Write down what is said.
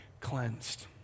cleansed